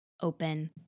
open